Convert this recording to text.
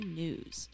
news